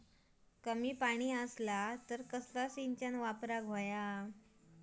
कमी पाणी असला तर कसला सिंचन वापराक होया?